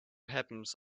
happens